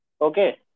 okay